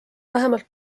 vähemalt